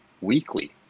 weekly